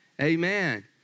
Amen